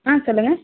ஆ சொல்லுங்கள்